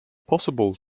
possible